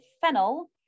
fennel